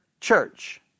church